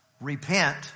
Repent